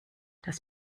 das